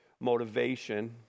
motivation